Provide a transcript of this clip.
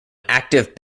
active